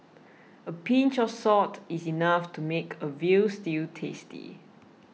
a pinch of salt is enough to make a Veal Stew tasty